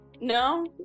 No